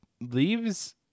leaves